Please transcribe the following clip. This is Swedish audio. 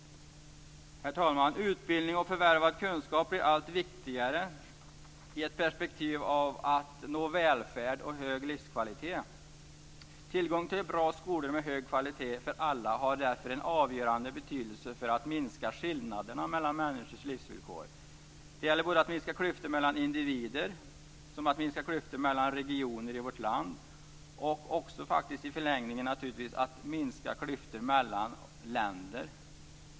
Herr talman! Utbildning och förvärvad kunskap blir allt viktigare i ett perspektiv av att nå välfärd och hög livskvalitet. Tillgång till bra skolor med hög kvalitet för alla har därför en avgörande betydelse för att minska skillnaderna mellan människors livsvillkor. Det gäller såväl att minska klyftor mellan individer som att minska klyftor mellan regioner i vårt land. Men i en förlängning gäller det naturligtvis också att minska klyftor mellan länder.